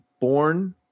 Born